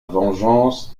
vengeance